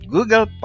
Google